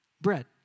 bread